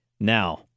Now